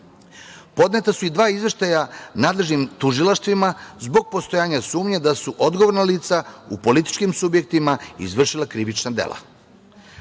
Podneta su i dva izveštaja nadležnim tužilaštvima zbog postojanja sumnje da su odgovorna lica u političkim subjektima izvršila krivična dela.